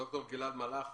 ד"ר גלעד מלאך,